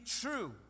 true